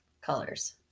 colors